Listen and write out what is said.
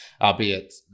albeit